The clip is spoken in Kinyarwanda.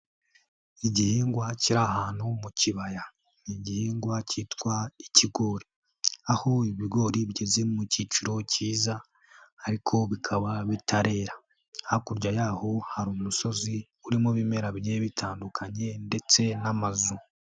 Igihingwa kiri ahantu mu kibaya ni igihingwa kitwa ikigori, aho ibigori bigeze mu cyiciro kiza ariko bikaba bitarera. Hakurya yaho hari umusozi urimo ibimera bigiye bitandukanye ndetse n'amazu.